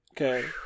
Okay